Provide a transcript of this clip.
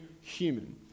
human